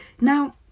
Now